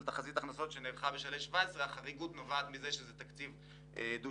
תחזית הכנסות שנערכה בשלהי 2017. החריגות נובעת מהיות התקציב דו-שנתי.